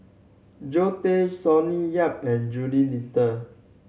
Zoe Tay Sonny Yap and Jules Itier